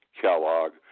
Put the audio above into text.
Kellogg